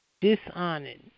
Dishonored